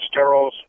sterols